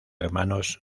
hermanos